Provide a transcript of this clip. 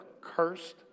cursed